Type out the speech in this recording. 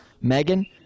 Megan